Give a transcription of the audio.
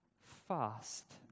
fast